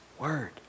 word